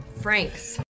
Frank's